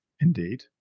Indeed